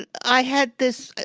and i had this,